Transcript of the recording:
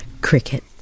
Cricket